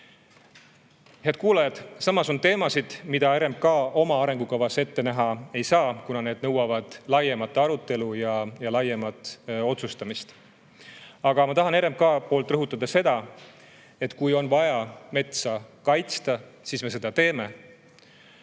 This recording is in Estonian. Head kuulajad! Samas on teemasid, mida RMK oma arengukavas ette näha ei saa, kuna need nõuavad laiemat arutelu ja laiemat otsustamist. Ma tahan RMK poolt rõhutada, et kui on vaja metsa kaitsta, siis me seda teeme,